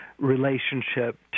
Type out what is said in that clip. relationship